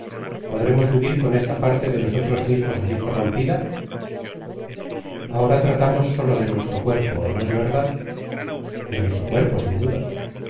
podremos vivir con esta parte de nosotros mismos asi corrompida ahora tratamos sólo de nuestro cuerpo no es verdad de nuestro cuerpo sin duda